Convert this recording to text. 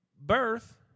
birth